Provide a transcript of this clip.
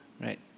right